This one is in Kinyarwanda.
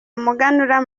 umuganura